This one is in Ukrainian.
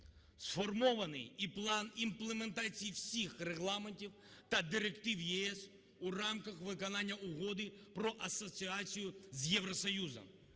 Сформований і план імплементації всіх регламентів та директив ЄС у рамках виконання Угоди про асоціацію з Євросоюзом.